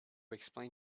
explain